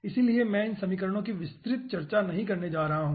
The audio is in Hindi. इसलिए मैं इन समीकरणों की विस्तृत चर्चा नहीं करने जा रहा हूं